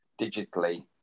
digitally